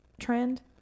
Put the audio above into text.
trend